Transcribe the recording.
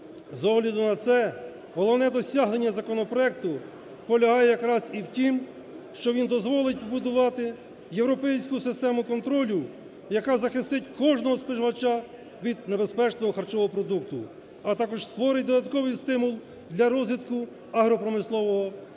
З огляду на це, головне досягнення законопроекту полягає якраз і в тім, що він дозволить побудувати європейську систему контролю, яка захистить кожного споживача від небезпечного харчового продукту. А також створить додатковий стимул для розвитку агропромислового комплексу.